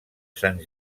sant